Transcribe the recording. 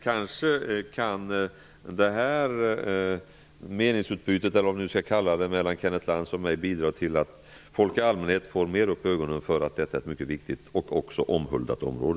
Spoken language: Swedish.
Kanske kan detta meningsutbyte mellan Kenneth Lantz och mig bidra till att folk i allmänhet mer får upp ögonen för att detta är ett mycket viktigt och även omhuldat område.